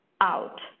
out